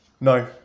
No